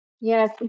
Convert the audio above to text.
Yes